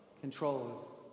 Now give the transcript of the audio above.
Control